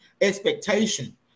expectation